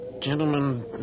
Gentlemen